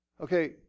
Okay